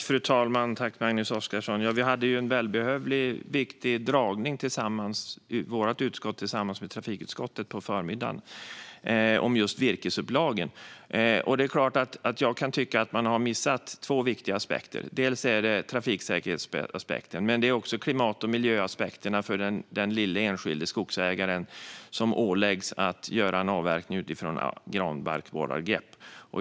Fru talman! Vårt utskott hade tillsammans med trafikutskottet på förmiddagen en välbehövlig och viktig dragning om just virkesupplagen. Det är klart att jag kan tycka att man har missat två viktiga aspekter. Det är trafiksäkerhetsaspekten, och det är klimat och miljöaspekten för den lilla enskilda skogsägaren, som åläggs att göra en avverkning utifrån granbarkborreangrepp.